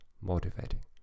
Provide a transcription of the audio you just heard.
motivating